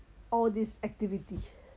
all this activity